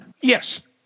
Yes